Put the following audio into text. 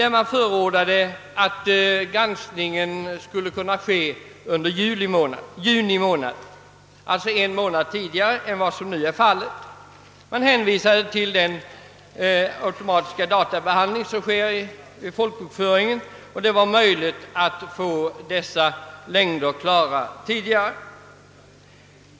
I detta förordade han att granskningen skulle äga rum under juni, alltså en månad tidigare än vad som nu är fallet. Han hänvisade därvid till den automatiska databehandling som sker vid folkbokföringen och som gör det möjligt att få fram röstlängderna tidigare.